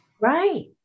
Right